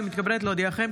הינני מתכבדת להודיעכם,